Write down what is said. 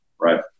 right